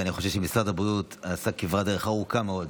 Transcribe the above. ואני חושב שמשרד הבריאות עשה כברת דרך ארוכה מאוד.